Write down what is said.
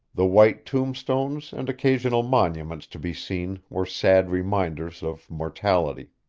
the white tombstones and occasional monuments to be seen were sad reminders of mortality.